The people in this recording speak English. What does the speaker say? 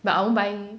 but I won't buy